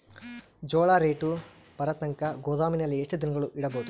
ಜೋಳ ರೇಟು ಬರತಂಕ ಗೋದಾಮಿನಲ್ಲಿ ಎಷ್ಟು ದಿನಗಳು ಯಿಡಬಹುದು?